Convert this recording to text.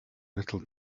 little